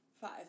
five